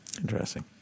Interesting